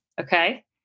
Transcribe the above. Okay